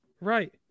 Right